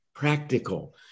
practical